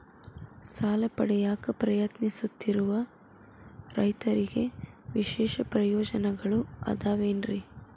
ಸಾಲ ಪಡೆಯಾಕ್ ಪ್ರಯತ್ನಿಸುತ್ತಿರುವ ರೈತರಿಗೆ ವಿಶೇಷ ಪ್ರಯೋಜನಗಳು ಅದಾವೇನ್ರಿ?